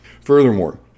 Furthermore